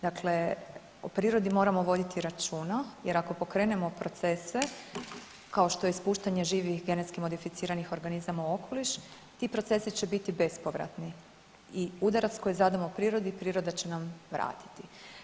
Dakle o prirodi moramo voditi računa jer ako pokrenemo procese kao što je ispuštanje živih genetski modificiranih organizama u okoliš, ti procesi će biti bespovratni i udarac koji zadamo prirodi, priroda će nam vratiti.